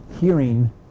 hearing